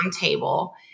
table